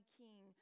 king